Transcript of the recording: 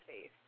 face